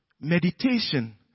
Meditation